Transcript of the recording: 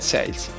Sales